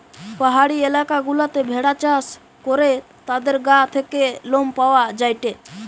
পাহাড়ি এলাকা গুলাতে ভেড়া চাষ করে তাদের গা থেকে লোম পাওয়া যায়টে